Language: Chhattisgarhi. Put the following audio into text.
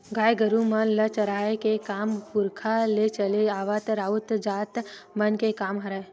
गाय गरु मन ल चराए के काम पुरखा ले चले आवत राउत जात मन के काम हरय